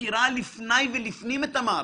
ומכירה לפני ולפנים את המערכת,